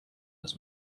his